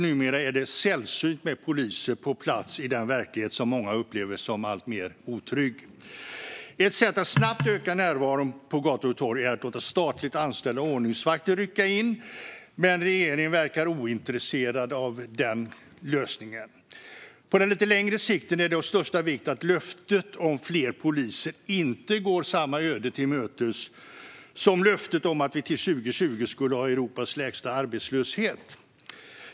Numera är det sällsynt med poliser på plats i den verklighet som många upplever som alltmer otrygg. Ett sätt att snabbt öka närvaron på gator och torg vore att låta statligt anställda ordningsvakter rycka in. Men regeringen verkar ointresserad av denna lösning. På lite längre sikt är det av största vikt att löftet om fler poliser inte går samma öde till mötes som löftet om att vi till 2020 skulle ha Europas lägsta arbetslöshet.